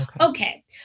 Okay